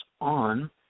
on